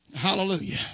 hallelujah